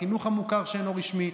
בחינוך המוכר שאינו רשמי,